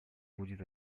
будет